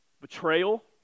Betrayal